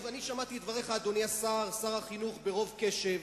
שמעתי את דבריך, אדוני שר החינוך, ברוב קשב.